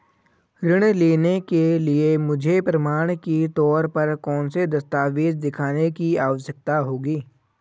ऋृण लेने के लिए मुझे प्रमाण के तौर पर कौनसे दस्तावेज़ दिखाने की आवश्कता होगी?